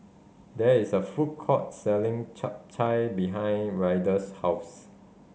there is a food court selling Chap Chai behind Ryder's house